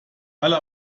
alle